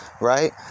right